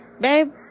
babe